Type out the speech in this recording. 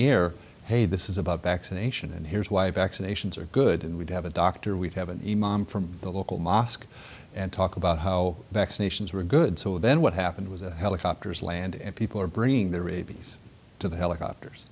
air hey this is about vaccination and here's why vaccinations are good and we do have a doctor we have an e mail from the local mosque and talk about how vaccinations were good so then what happened was the helicopters land and people are bringing their rabies to the helicopters